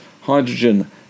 hydrogen